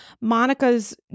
Monica's